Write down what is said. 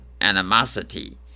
animosity